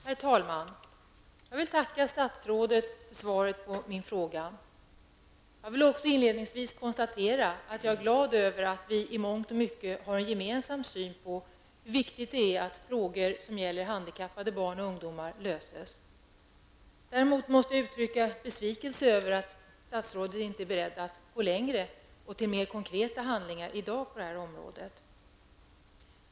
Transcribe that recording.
Herr talman! Jag vill tacka statsrådet för svaret på min fråga. Jag vill också inledningsvis konstatera att jag är glad över att vi i mångt och mycket har en gemensam syn på hur viktigt det är att frågor som gäller handikappade barn och ungdomar löses. Däremot måste jag uttrycka besvikelse över att statsrådet inte är beredd att gå längre och utföra mer konkreta handlingar i dag på detta område.